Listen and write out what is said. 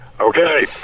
Okay